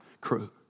crew